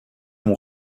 mon